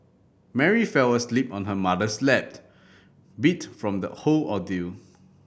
Mary fell asleep on her mother's lap beat from the whole ordeal